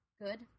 good